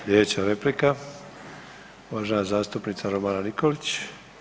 Sljedeća replika uvažena zastupnica Romana Nikolić.